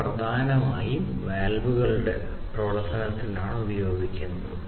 ഇവ പ്രധാനമായും വാൽവുകളുടെ പ്രവർത്തനത്തിന് ഉപയോഗിക്കുന്നു